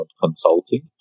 consulting